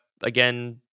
again